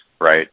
right